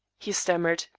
he stammered,